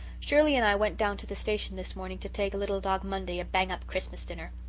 shirley and i went down to the station this morning to take little dog monday a bang-up christmas dinner.